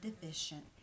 deficient